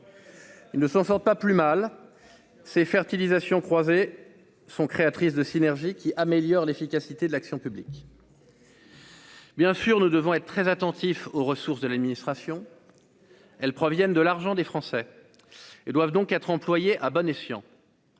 Il ne s'en sort pas plus mal, c'est fertilisation croisée sont créatrices de synergies qui améliore l'efficacité de l'action publique. Bien sûr, nous devons être très attentif aux ressources de l'administration, elles proviennent de l'argent des Français et doivent donc être employé à bon escient.